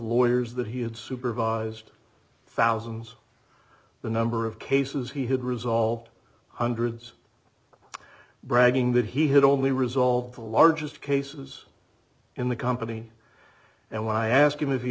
lawyers that he had supervised thousands the number of cases he had resolved hundreds bragging that he had only resolved the largest cases in the company and when i asked him if he